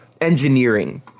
engineering